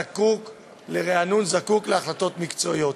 זקוק לרענון, זקוק להחלטות מקצועיות.